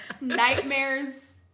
Nightmares